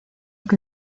que